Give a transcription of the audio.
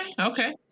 okay